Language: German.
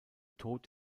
tod